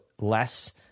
less